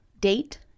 date